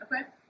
okay